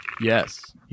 Yes